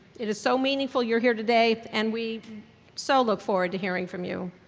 it is so meaningful you're here today and we so look forward to hearing from you.